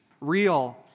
real